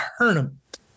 tournament